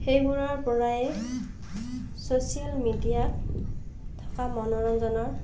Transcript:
সেইবোৰৰ পৰাই ছ'ছিয়েল মিডিয়াত থকা মনোৰঞ্জনৰ